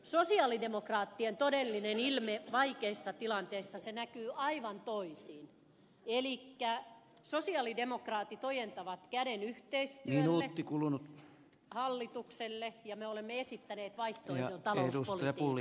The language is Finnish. sosialidemokraattien todellinen ilme vaikeissa tilanteissa näkyy aivan toisin elikkä sosialidemokraatit ojentavat yhteistyön käden hallitukselle ja me olemme esittäneet vaihtoehdon talouspolitiikalle